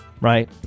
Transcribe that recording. right